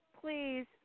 Please